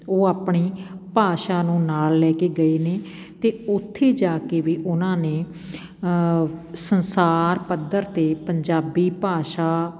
ਉਹ ਆਪਣੀ ਭਾਸ਼ਾ ਨੂੰ ਨਾਲ ਲੈ ਕੇ ਗਏ ਨੇ ਅਤੇ ਉੱਥੇ ਜਾ ਕੇ ਵੀ ਉਹਨਾਂ ਨੇ ਸੰਸਾਰ ਪੱਧਰ 'ਤੇ ਪੰਜਾਬੀ ਭਾਸ਼ਾ